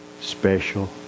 special